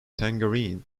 tangerine